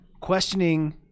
questioning